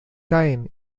caen